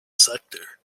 sector